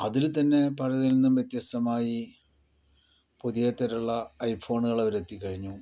അതില് തന്നെ പഴയതിൽ നിന്നും വ്യത്യസ്തമായി പുതിയ തരം ഉള്ള ഐഫോണുകൾ വരെ എത്തിക്കഴിഞ്ഞു